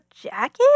jacket